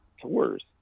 tours